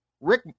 Rick